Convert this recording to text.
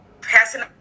passing